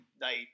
night